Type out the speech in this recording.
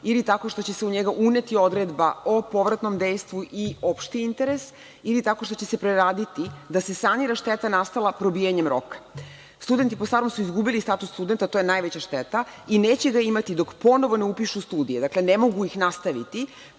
ili tako što će se u njega uneti odredba o povratnom dejstvu i opšti interes ili tako što će se preraditi da se sanira šteta nastala probijanjem roka. Studenti po starom su izgubili status studenta, to je najveća šteta, i neće ga imati dok ponovo ne upišu studije. Dakle, ne mogu ih nastaviti.